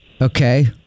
Okay